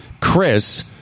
Chris